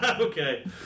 Okay